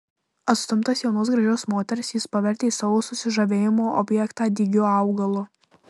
atstumtas jaunos gražios moters jis pavertė savo susižavėjimo objektą dygiu augalu